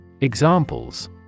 Examples